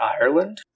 ireland